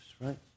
right